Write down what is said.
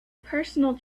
personal